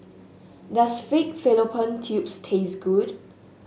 does Pig Fallopian Tubes taste good